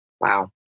Wow